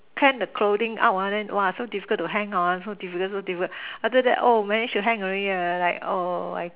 hang the clothing out lah then !wah! so difficult to hang hor so difficult so difficult after that oh manage to hang already like oh I